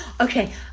Okay